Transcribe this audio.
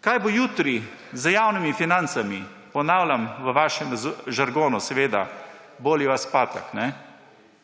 Kaj bo jutri z javnimi financami? Ponavljam, v vašem žargonu seveda, boli vas patak. Tak